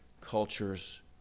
cultures